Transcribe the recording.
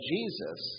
Jesus